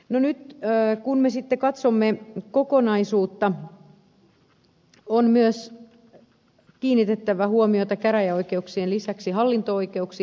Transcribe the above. nyt kun me sitten katsomme kokonaisuutta on myös kiinnitettävä huomiota käräjäoikeuksien lisäksi hallinto oikeuksiin